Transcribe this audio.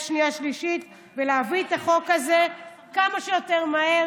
שנייה ושלישית ולהביא את החוק הזה כמה שיותר מהר,